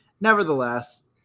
nevertheless